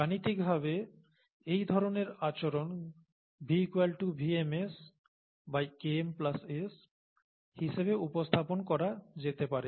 গাণিতিকভাবে এই ধরনের আচরণ V VmSKm S হিসাবে উপস্থাপন করা যেতে পারে